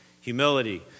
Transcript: humility